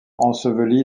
enseveli